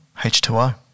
H2O